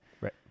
Right